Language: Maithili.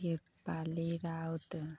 पाली राउत